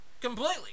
Completely